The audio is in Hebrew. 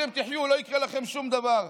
אתם תחיו, לא יקרה לכם שום דבר.